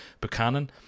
Buchanan